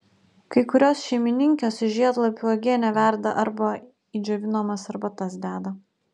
kai kurios šeimininkės iš žiedlapių uogienę verda arba į džiovinamas arbatas deda